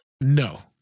No